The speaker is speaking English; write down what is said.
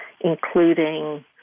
including